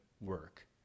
work